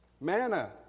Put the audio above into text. manna